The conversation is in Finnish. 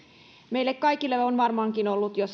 meille kaikille on varmaankin ollut jo selvää